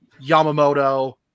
Yamamoto